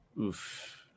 Oof